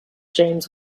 james